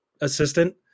assistant